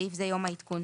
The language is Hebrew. בסעיף זה יום העדכון.